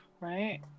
right